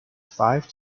five